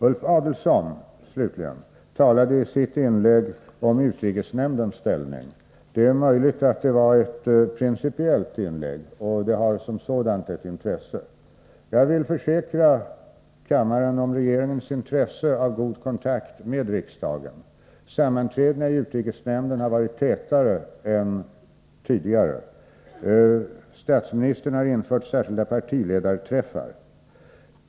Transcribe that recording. Ulf Adelsohn, slutligen, talade i sitt inlägg om utrikesnämndens ställning. Det är möjligt att detta var ett principiellt inlägg. Det har i så fall som sådant ett intresse. Jag vill försäkra kammaren om regeringens önskan om god kontakt med riksdagen. Sammanträdena i utrikesnämnden har kommit tätare än tidigare. Statsministern har infört särskilda partiledarträffar.